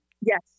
Yes